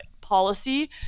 policy